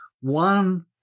One